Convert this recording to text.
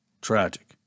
Tragic